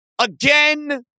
again